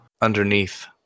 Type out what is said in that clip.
Underneath